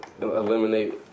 eliminate